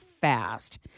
fast